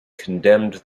condemned